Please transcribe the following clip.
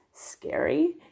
scary